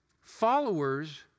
followers